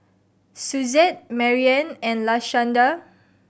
Suzette Marian and Lashanda